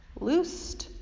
loosed